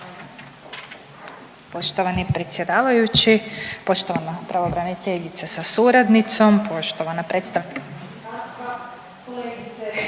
Poštovani predsjedavajući, poštovana pravobraniteljice sa suradnicom, poštovana predstavnice